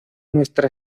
nuestra